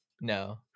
No